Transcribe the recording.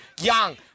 Young